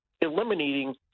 eliminating